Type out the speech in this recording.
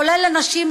כולל לנשים,